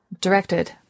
Directed